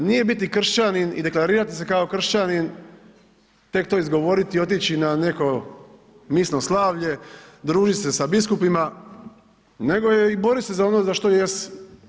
Međutim nije biti kršćanin i deklarirati se kao kršćanin tek to izgovoriti i otići na neko misno slavlje, družiti se sa biskupima nego je i boriti se za ono za što jesi.